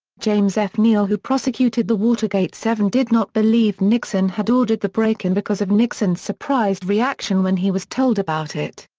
james f. neal who prosecuted the watergate seven did not believe nixon had ordered the break in because of nixon's surprised reaction when he was told about it.